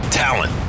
talent